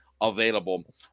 available